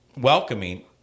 welcoming